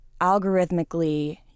algorithmically